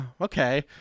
okay